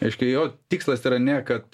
reiškia jo tikslas yra ne kad